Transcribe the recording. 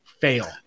fail